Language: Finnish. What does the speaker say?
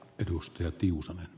arvoisa puhemies